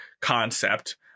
concept